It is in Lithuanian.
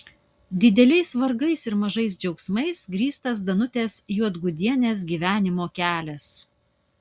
dideliais vargais ir mažais džiaugsmais grįstas danutės juodgudienės gyvenimo kelias